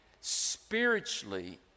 spiritually